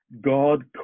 God